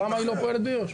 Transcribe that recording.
למה היא לא פועלת ביו"ש?